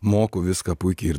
moku viską puikiai ir